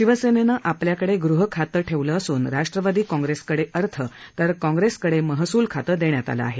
शिवसेनेनं आपल्याकडे गहखातं ठेवलं असून राष्ट्रवादी काँग्रेसकडे अर्थ तर काँग्रेसकडे महसूल खातं देण्यात आलं आहे